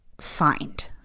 find